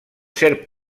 cert